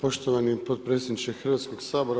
Poštovani potpredsjedniče Hrvatskog sabora.